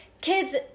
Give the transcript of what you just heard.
kids